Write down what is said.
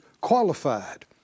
qualified